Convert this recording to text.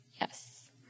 Yes